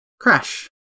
Crash